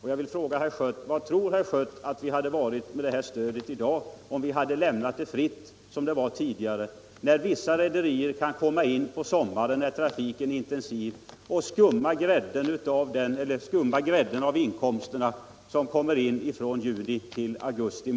Hur tror herr Schött att det hade varit med stödet i dag, om vi hade lämnat fritt fram, som det var tidigare, för vissa rederier att komma in på sommaren när trafiken var intensiv och skumma av grädden, dvs. ta hand om inkomsterna från juni till augusti?